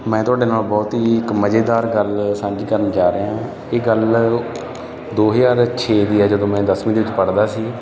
ਮੈਂ ਤੁਹਾਡੇ ਨਾਲ ਬਹੁਤ ਹੀ ਇੱਕ ਮਜੇਦਾਰ ਗੱਲ ਸਾਂਝੀ ਕਰਨ ਜਾ ਰਿਹਾ ਹਾਂ ਇਹ ਗੱਲ ਦੋ ਹਜ਼ਾਰ ਛੇ ਦੀ ਹੈ ਜਦੋਂ ਮੈਂ ਦਸਵੀਂ ਦੇ ਵਿੱਚ ਪੜ੍ਹਦਾ ਸੀ